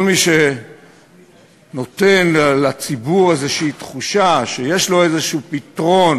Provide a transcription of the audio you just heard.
כל מי שנותן לציבור איזו תחושה שיש לו איזה פתרון,